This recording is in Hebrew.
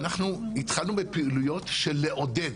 אנחנו התחלנו בפעילויות של לעודד.